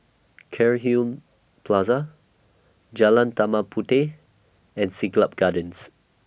Cairnhill Plaza Jalan Dark Mark Puteh and Siglap Gardens